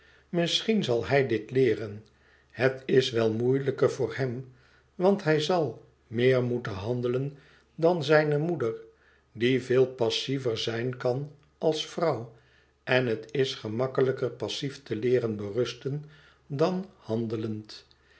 misschien zal hij dit leeren het is wel moeilijker voor hem want hij zal meer moeten handelen dan zijne moeder die veel passiever zijn kan als vrouw en het is gemakkelijker passief te leeren berusten dan handelend